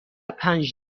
پنج